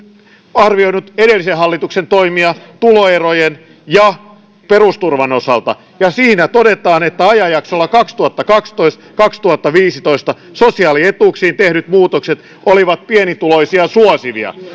arvioinut myös edellisen hallituksen toimia tuloerojen ja perusturvan osalta ja siinä todetaan että ajanjaksolla kaksituhattakaksitoista viiva kaksituhattaviisitoista sosiaalietuuksiin tehdyt muutokset olivat pienituloisia suosivia